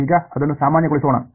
ಈಗ ಅದನ್ನು ಸಾಮಾನ್ಯಗೊಳಿಸೋಣ